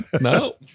No